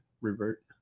revert